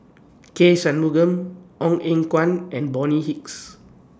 K Shanmugam Ong Eng Guan and Bonny Hicks